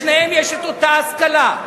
לשניהם יש אותה השכלה,